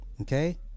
okay